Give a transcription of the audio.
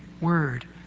word